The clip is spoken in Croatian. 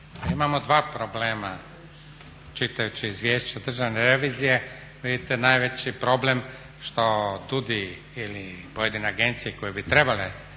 Imamo dva problema. Čitajući izvješće Državne revizije vidite najveći je problem što DUUDI ili pojedine agencije koje bi trebale